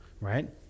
right